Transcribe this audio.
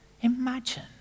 Imagine